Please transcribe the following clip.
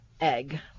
egg